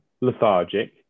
lethargic